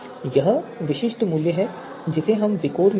यह विशिष्ट मूल्य है जिसे हम विकोर में लेते हैं